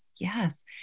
Yes